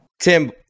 tim